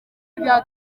rya